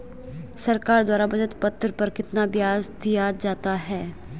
सरकार द्वारा बचत पत्र पर कितना ब्याज दिया जाता है?